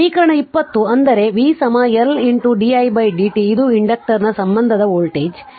ಆದ್ದರಿಂದ ಸಮೀಕರಣ 20 ಅಂದರೆ v L di dt ಅದು ಇಂಡಕ್ಟರ್ನ ಸಂಬಂಧದ ವೋಲ್ಟೇಜ್